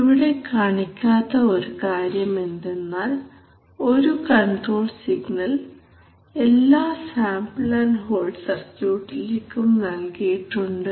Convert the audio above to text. ഇവിടെ കാണിക്കാത്ത ഒരു കാര്യം എന്തെന്നാൽ ഒരു കൺട്രോൾ സിഗ്നൽ എല്ലാ സാമ്പിൾ ആൻഡ് ഹോൾഡ് സർക്യൂട്ടിലേക്കും നൽകിയിട്ടുണ്ട്